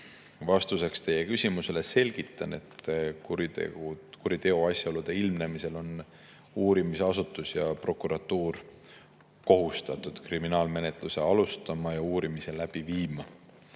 Vastuseks teie küsimusele selgitan, et kuriteo asjaolude ilmnemisel on uurimisasutus ja prokuratuur kohustatud kriminaalmenetluse alustama ja uurimise läbi viima.